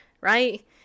right